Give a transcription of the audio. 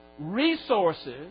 resources